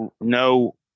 no